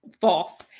False